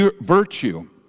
virtue